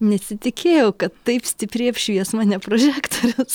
nesitikėjau kad taip stipriai apšvies mane prožektorius